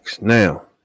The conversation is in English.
Now